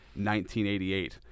1988